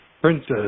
Princess